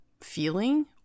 feeling